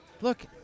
look